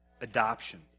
adoption